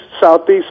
Southeast